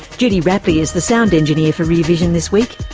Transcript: judy rapley is the sound engineer for rear vision this week.